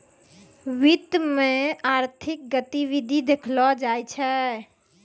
वित्त मे आर्थिक गतिविधि देखलो जाय छै